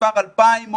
שהמספר 2,000,